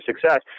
success